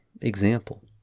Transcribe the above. example